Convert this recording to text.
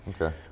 Okay